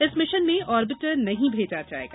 इस मिशन में ऑर्बिटर नहीं भेजा जायेगा